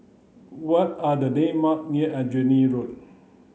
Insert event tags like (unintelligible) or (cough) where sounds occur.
what are the (unintelligible) near Aljunied Road (noise)